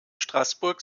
straßburg